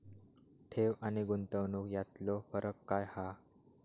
ठेव आनी गुंतवणूक यातलो फरक काय हा?